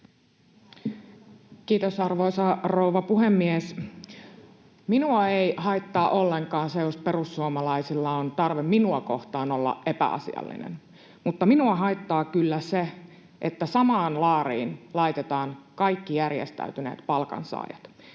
Kiitos, arvoisa rouva puhemies! Minua ei haittaa ollenkaan se, jos perussuomalaisilla on tarve minua kohtaan olla epäasiallinen, mutta minua haittaa kyllä se, että samaan laariin laitetaan kaikki järjestäytyneet palkansaajat.